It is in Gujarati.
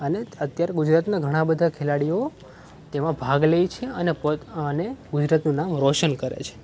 અને અત્યારે ગુજરાતના ઘણા બધા ખેલાડીઓ તેમાં ભાગ લે છે અને અને ગુજરાતનું નામ રોશન કરે છે